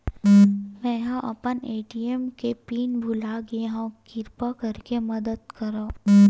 मेंहा अपन ए.टी.एम के पिन भुला गए हव, किरपा करके मदद करव